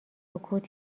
سکوت